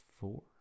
four